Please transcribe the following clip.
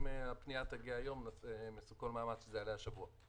אם הפנייה תגיע היום אז הם יעשו כל מאמץ שזה יעלה השבוע.